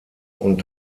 und